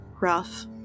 rough